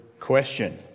question